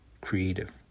creative